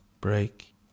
break